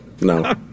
No